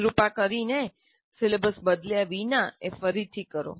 કૃપા કરીને સિલેબસ બદલ્યા વિના એ ફરીથી કરો